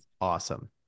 awesome